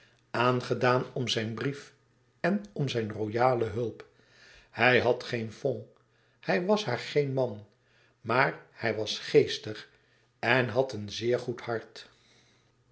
aangedaan om zijn brief en om zijn royale hulp hij had geen fond hij was haar geen man maar hij was vlug geestig en had een zeer goed hart